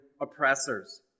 oppressors